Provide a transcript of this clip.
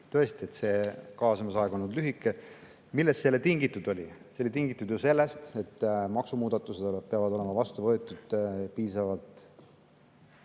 Tõesti, kaasamisaeg on olnud lühike. Millest see tingitud oli? See oli tingitud sellest, et maksumuudatused peavad olema vastu võetud teatud